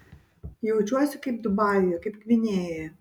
jaučiuosi kaip dubajuje kaip gvinėjoje